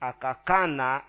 Akakana